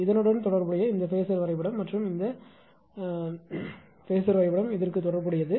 இதனுடன் தொடர்புடைய இந்த ஃபேஸர் வரைபடம் மற்றும் இந்த ஃபேஸர் வரைபடம் இதற்கு தொடர்புடையது